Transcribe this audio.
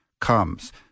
comes